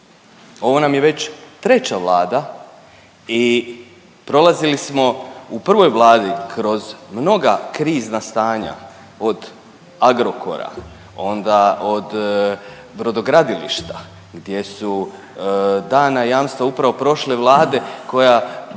ovo nam je već treća vlada i prolazili smo u prvoj vladi kroz mnoga krizna stanja od Agrokora, onda od brodogradilišta gdje su dana jamstva upravo prošle vlade koja,